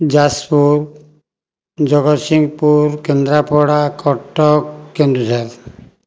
Jajpur Jagatsinghpur Kendrapara Cuttack Keonjhar